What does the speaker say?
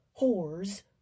whores